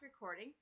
recording